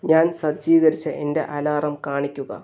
ഞാൻ സജ്ജീകരിച്ച എൻ്റെ അലാറം കാണിക്കുക